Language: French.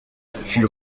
fut